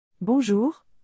Bonjour